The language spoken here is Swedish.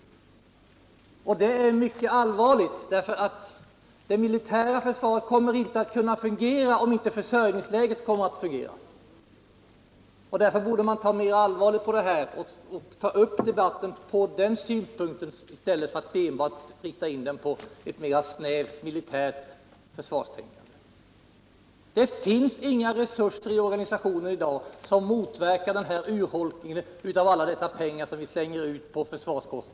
Det är mycket allvarligt, eftersom det militära försvaret inte kommer att kunna fungera om försörjningen inte fungerar. Därför borde man ta mer seriöst på de här frågorna och inte enbart inrikta debatten på det snävt militära försvaret. Det finns i organisationen i dag inga resurser som motverkar denna urholkning av alla de pengar som vi slänger ut på försvaret.